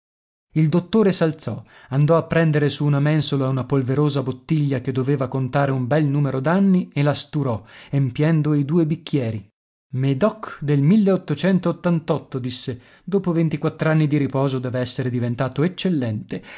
il dottore s'alzò andò a prendere su una mensola una polverosa bottiglia che doveva contare un bel numero d'anni e la sturò empiendo i due bicchieri medoc del milleottocentoottantotto disse dopo ventiquattr'anni di riposo deve essere diventato eccellente